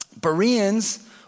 Bereans